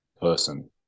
person